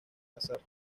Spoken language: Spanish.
azar